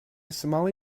somali